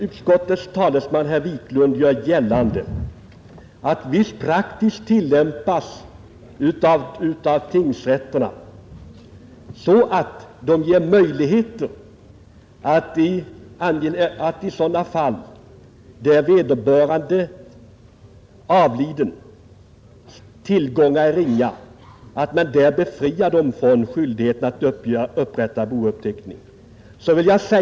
Utskottets talesman herr Wiklund i Stockholm gjorde gällande att tingsrätterna tillämpar en viss praxis i sådana fall, att möjligheter ges till befrielse från skyldighet att upprätta bouppteckning, om den avlidnes tillgångar är ringa.